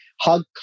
hug